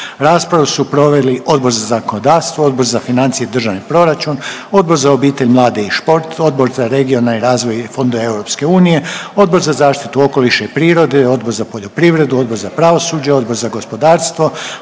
Raspravu su proveli Odbori za zakonodavstvo, Odbor za financije i državni proračun, Odbor za poljoprivredu, Odbor za obitelj, mlade i sport, Odbor za regionalni razvoj i fondove EU, Odbor za zaštitu okoliša i prirode, Odbor za poljoprivredu, Odbor za pravosuđe, Odbor za gospodarstvo,